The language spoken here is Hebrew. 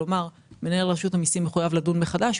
ולומר שמנהל רשות המסים מחויב לדון מחדש,